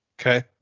Okay